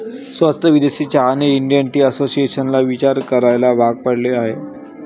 स्वस्त विदेशी चहाने इंडियन टी असोसिएशनला विचार करायला भाग पाडले आहे